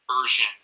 version